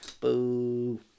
Boo